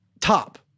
top